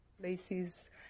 places